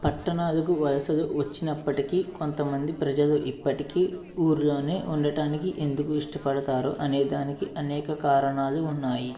పట్టణాలకు వలసలు వచ్చినప్పటికీ కొంతమంది ప్రజలు ఇప్పటికీ ఊర్లోనే ఉండటానికి ఎందుకు ఇష్టపడతారు అనే దానికి అనేక కారణాలు ఉన్నాయి